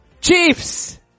Chiefs